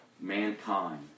Mankind